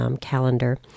calendar